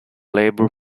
labour